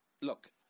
look